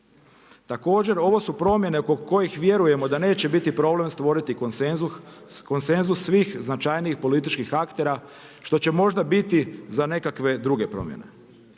Također, ovo su promjene kod kojih vjerujemo da neće biti problem stvoriti konsenzus svih značajnijih političkih aktera što će možda biti za nekakve druge promjene.